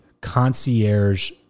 concierge